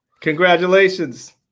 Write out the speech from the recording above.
congratulations